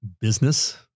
business